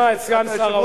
נשמע את סגן שר האוצר.